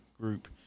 group